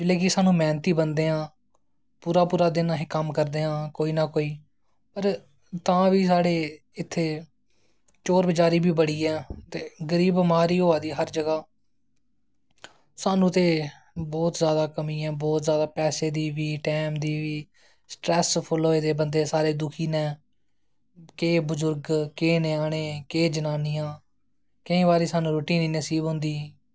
जेल्लै कि सानूं मैह्नती बंदे आं पूरा पूरा दिन अस कम्म करदे आं कोई ना कोई पर तां बी साढ़े इत्थें चोर बजारी बी बड़ी ऐ ते गरीब मार होआ दी हर जगह् सानूं ते बोह्त जादा कमी ऐ बोह्त जादा पैसे दी बी टैम दी बी स्ट्रैसफुल्ल होए दे बंदे सारे दुखी न केह् बजुर्ग केह् ञ्यानें केह् जनानियां केईं बारी सानूं रुट्टी निं नसीब होंदी